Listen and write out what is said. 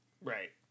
Right